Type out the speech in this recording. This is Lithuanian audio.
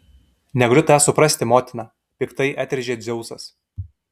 negaliu tavęs suprasti motina piktai atrėžė dzeusas